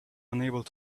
unable